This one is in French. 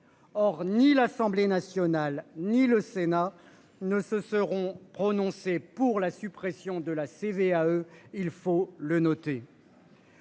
Or ni l'Assemblée nationale, ni le Sénat ne se seront prononcés pour la suppression de la CVAE. Il faut le noter.--